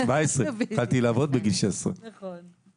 התחלתי לעבוד בגיל 16. נכון.